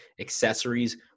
accessories